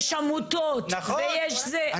יש עמותות ויש זה,